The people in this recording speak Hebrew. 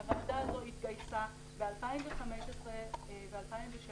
הוועדה הזאת התגייסה ב-2015 ו-2016